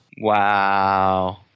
Wow